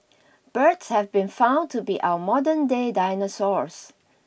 birds have been found to be our modern day dinosaurs